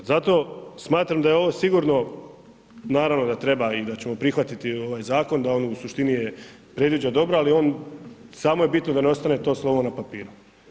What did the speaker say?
Zato smatram da je ovo sigurno, naravno da treba i da ćemo prihvatiti ovaj zakon, da on u suštini je, predviđa dobro, ali u ovom samo je bitno da ne ostane to slovo na papiru.